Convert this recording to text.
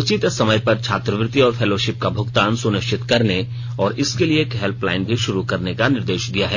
उचित समय पर छात्रवृत्ति और फैलोशिप का भुगतान सुनिश्चित करने और इसके लिए एक हेल्पलाइन भी शुरू करने का निर्देश दिया है